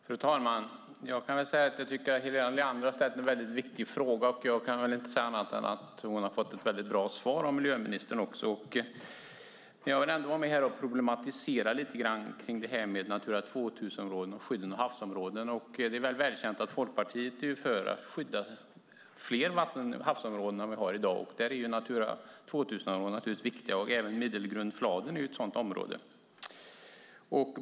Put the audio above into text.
Fru talman! Jag tycker att Helena Leander har ställt en väldigt viktig fråga, och jag kan inte säga annat än att hon har fått ett väldigt bra svar av miljöministern. Jag vill ändå vara med här och problematisera lite grann om detta med Natura 2000-områden och skyddet av havsområden. Det är välkänt att Folkpartiet är för att skydda fler havsområden än i dag. Natura 2000-områdena är naturligtvis viktiga, och även Middelgrund Fladen är ett sådant viktigt område.